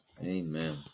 Amen